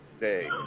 Day